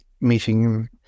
meeting